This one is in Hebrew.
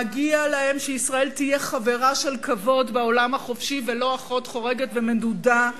מגיע להם שישראל תהיה חברה של כבוד בעולם החופשי ולא אחות חורגת ומנודה,